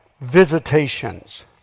Visitations